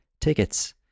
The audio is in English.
tickets